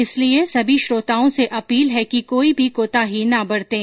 इसलिए सभी श्रोताओं से अपील है कि कोई भी कोताही न बरतें